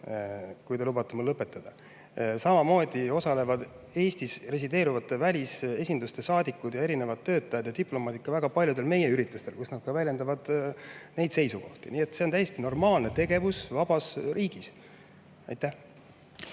Kas te lubate mul lõpetada? Samamoodi osalevad Eestis resideerivate välisesinduste saadikud ja erinevad töötajad ja diplomaadid väga paljudel meie üritustel, kus nad ka väljendavad neid seisukohti. Nii et see on täiesti normaalne tegevus vabas riigis. Aitäh!